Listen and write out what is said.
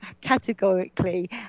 categorically